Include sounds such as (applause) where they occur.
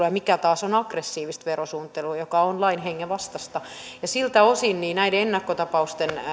(unintelligible) ja mikä taas on aggressiivista verosuunnittelua joka on lain hengen vastaista ja siltä osin katsoisitte näitä ennakkotapauksia